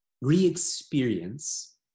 Re-experience